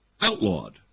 outlawed